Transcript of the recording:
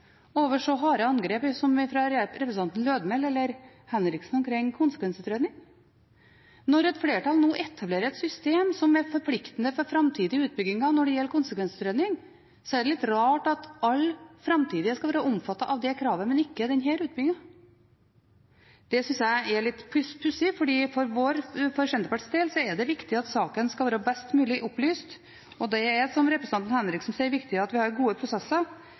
over så harde angrep som de som kom fra representanten Lødemel og representanten Henriksen omkring konsekvensutredning. Når et flertall nå etablerer et system som er forpliktende for framtidige utbygginger når det gjelder konsekvensutredning, er det litt rart at alle framtidige utbygginger, men ikke denne, skal være omfattet av det kravet. Det synes jeg er litt pussig. For Senterpartiets del er det viktig at saken skal være best mulig opplyst, og det er, som representanten Henriksen sier, viktig at vi har gode prosesser.